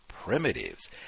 Primitives